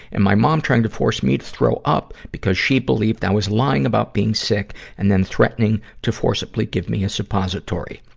and my mom trying to force me to throw up because she believed i was lying about being sick and then threatening to forcibly give me a suppository.